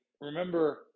remember